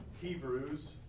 Hebrews